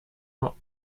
not